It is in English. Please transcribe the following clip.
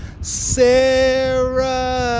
Sarah